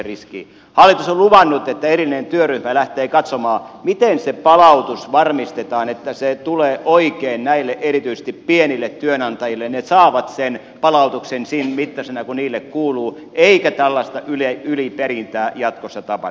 hallitus on luvannut että erillinen työryhmä lähtee katsomaan miten se palautus varmistetaan että se tulee oikein erityisesti näille pienille työnantajille ne saavat sen palautuksen sen mittaisena kuin niille kuuluu eikä tällaista yliperintää jatkossa tapahdu